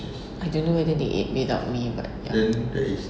I don't know whether they ate without me but ya